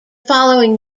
following